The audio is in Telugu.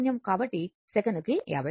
కాబట్టి సెకనుకు 50 సైకిల్స్